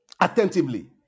attentively